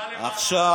עכשיו